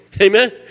Amen